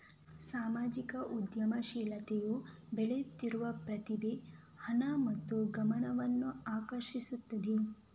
ಸಾಮಾಜಿಕ ಉದ್ಯಮಶೀಲತೆಯು ಬೆಳೆಯುತ್ತಿರುವ ಪ್ರತಿಭೆ, ಹಣ ಮತ್ತು ಗಮನವನ್ನು ಆಕರ್ಷಿಸುತ್ತಿದೆ